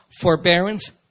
forbearance